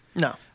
No